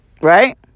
Right